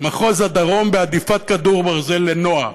מחוז הדרום בהדיפת כדור ברזל לנוער.